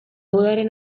udaren